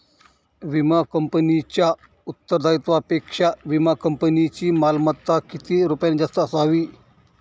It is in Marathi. विमा कंपनीच्या उत्तरदायित्वापेक्षा विमा कंपनीची मालमत्ता किती रुपयांनी जास्त असावी?